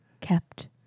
kept